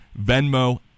Venmo